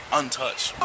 untouched